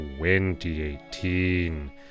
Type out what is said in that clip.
2018